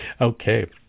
Okay